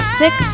six